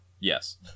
Yes